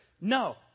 No